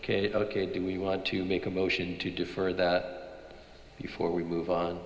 ok ok do we want to make a motion to defer that before we move on